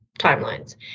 timelines